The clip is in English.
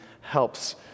helps